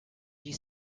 you